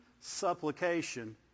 supplication